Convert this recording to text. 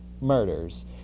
murders